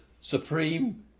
Supreme